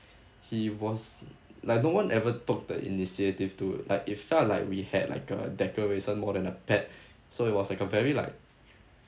he was like no one ever took the initiative to like it felt like we had like a decoration more than a pet so it was like a very like